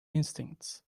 instincts